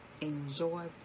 Enjoy